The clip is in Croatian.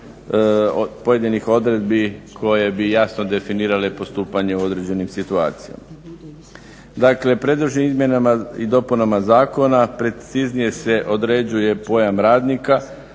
pojedinih odredbi koje bi jasno definirale postupanje u određenim situacijama. Dakle, predloženim izmjenama i dopunama zakona preciznije se određuje pojam radnika